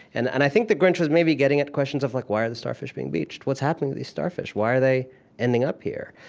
and and i think the grinch was maybe getting at the questions of like why are the starfish being beached? what's happening to these starfish? why are they ending up here?